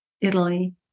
Italy